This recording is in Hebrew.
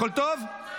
הכול טוב?